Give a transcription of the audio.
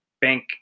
bank